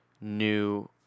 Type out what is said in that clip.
new